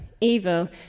Evil